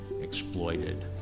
exploited